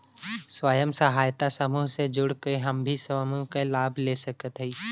स्वयं सहायता समूह से जुड़ के हम भी समूह क लाभ ले सकत हई?